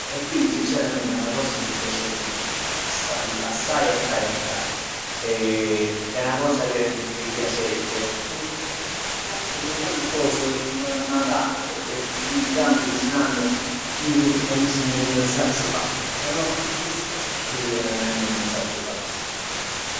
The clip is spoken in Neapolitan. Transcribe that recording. Quindi sinceramente è una cosa che mi piacerebbe fare assaje assaje assaje assaje e è 'na cosa che mi piacerebbe, un gli altri, ll'ate cos m- mà cavo pecchè ogni tanto cucinando m- m diceno ch' sacc fa, però chest è chell che verament nun sacc fa.